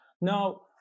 Now